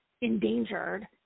endangered